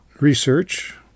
research